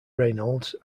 reynolds